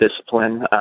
discipline